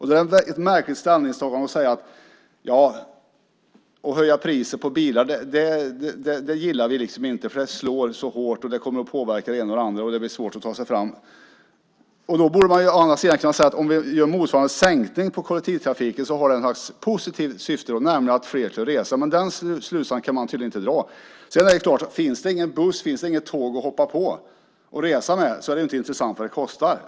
Det är ett märkligt ställningstagande att säga att man inte gillar att höja priset på bilåkandet, för det slår så hårt, det kommer att påverka det ena och det andra och det blir svårt att ta sig fram. Då borde man kunna säga att om vi gör motsvarande sänkning i kollektivtrafiken så fyller man det positiva syftet att fler kan resa, men den slutsatsen kan man tydligen inte dra. Det är klart: Finns det ingen buss eller inget tåg att hoppa på och resa med är det inte intressant vad det kostar.